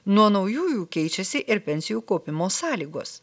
nuo naujųjų keičiasi ir pensijų kaupimo sąlygos